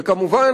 וכמובן,